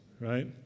Right